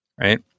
Right